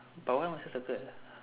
but why must I circle